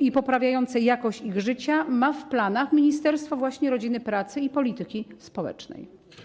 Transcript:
i poprawiające jakość ich życia ma w planach Ministerstwo Rodziny, Pracy i Polityki Społecznej?